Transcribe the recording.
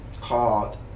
called